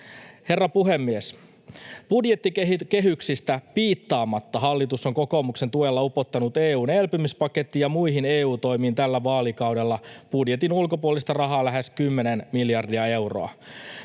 Herra puhemies! Budjettikehyksistä piittaamatta hallitus on kokoomuksen tuella upottanut EU:n elpymispakettiin ja muihin EU-toimiin tällä vaalikaudella budjetin ulkopuolista rahaa lähes kymmenen miljardia euroa.